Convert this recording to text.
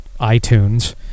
iTunes